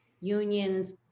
unions